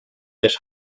bit